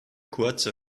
kurze